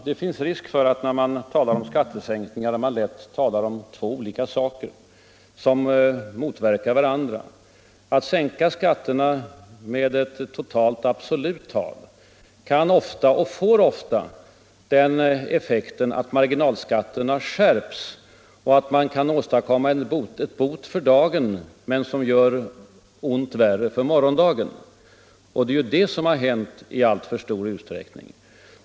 Herr talman! När man talar om skattesänkningar finns det risk för att man lätt talar om två olika ting som motverkar varandra. Att sänka skatterna med ett totalt absolut belopp kan få och får ofta den effekten att marginalskatterna skärps. Man åstadkommer en bot för dagen, men gör ont värre för morgondagen. Det är ju detta som i alltför stor utsträckning har hänt.